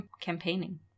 campaigning